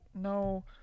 no